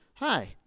Hi